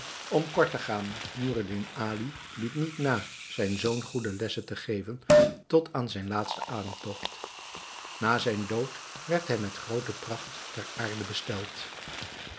om kort te gaan noureddin ali liet niet na zijn zoon goede lessen te geven tot aan zijn laatsten ademtogt na zijn dood werd hij met groote pracht ter aarde besteld